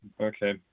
Okay